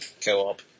co-op